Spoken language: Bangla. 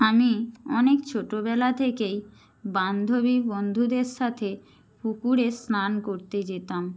আমি অনেক ছোটবেলা থেকেই বান্ধবী বন্ধুদের সাথে পুকুরে স্নান করতে যেতাম